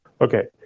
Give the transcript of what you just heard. Okay